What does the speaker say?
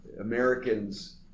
Americans